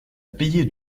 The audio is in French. payée